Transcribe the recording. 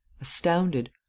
astounded